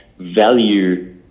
value